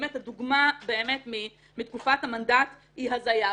באמת הדוגמה מתקופת המנדט היא הזיה.